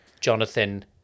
Jonathan